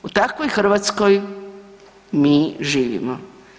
U takvoj Hrvatskoj mi živimo.